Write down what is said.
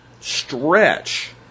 Stretch